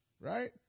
Right